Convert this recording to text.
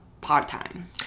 part-time